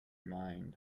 mind